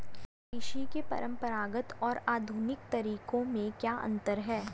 कृषि के परंपरागत और आधुनिक तरीकों में क्या अंतर है?